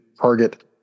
target